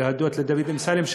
אני רוצה להודות לדוד אמסלם,